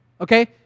Okay